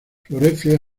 florece